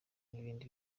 n’ibindi